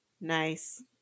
Nice